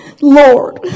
Lord